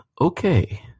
okay